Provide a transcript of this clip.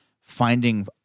finding